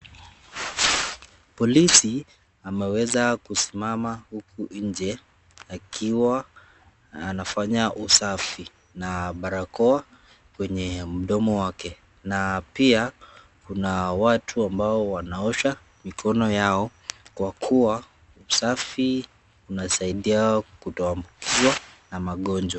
Polisi, ameweza kusimama huku nje akiwa anafanya usafi na barakoa kwenye mdomo wake. Na pia, kuna watu ambao wanaosha mikono yao kwa kuwa usafi unasaidia kutoambukizwa na magonjwa.